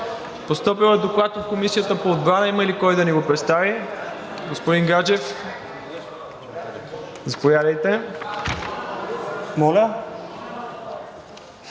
Постъпил е Доклад от Комисията по отбрана. Има ли кой да ни го представи? Господин Гаджев, заповядайте.